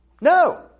No